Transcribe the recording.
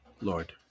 lord